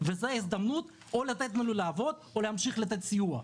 וזו ההזדמנות או לתת לנו לעבוד או להמשיך לתת סיוע.